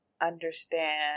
understand